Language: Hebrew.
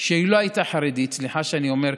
לא הייתה עיר חרדית, סליחה שאני אומר ככה,